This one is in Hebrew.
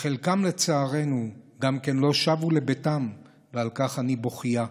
וחלקם לצערנו גם לא שבו לביתם, ועל כך אני בוכייה.